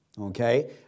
Okay